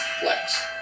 Flex